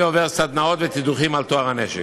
עובר סדנאות ותדרוכים על טוהר הנשק.